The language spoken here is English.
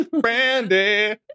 Brandy